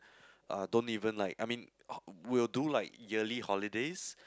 uh don't even like I mean will do like yearly holidays